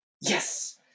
Yes